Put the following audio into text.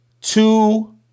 Two